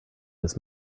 his